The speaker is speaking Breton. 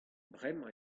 bremañ